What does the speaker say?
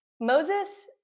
Moses